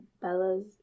Bella's